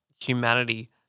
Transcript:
humanity